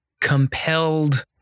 compelled